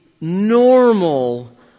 normal